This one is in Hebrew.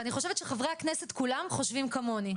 ואני חושבת שכל חברי הכנסת חושבים כמוני.